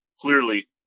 clearly